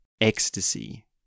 ecstasy